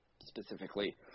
specifically